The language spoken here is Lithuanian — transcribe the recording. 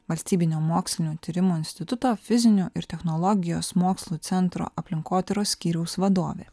valstybinio mokslinių tyrimų instituto fizinių ir technologijos mokslų centro aplinkotyros skyriaus vadovė